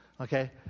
okay